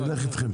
נלך אתכם,